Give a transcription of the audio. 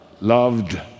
loved